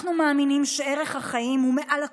אנחנו מאמינים שערך החיים הוא מעל לכול.